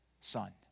son